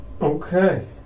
Okay